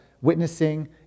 witnessing